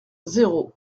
zéro